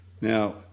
Now